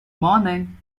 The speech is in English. morning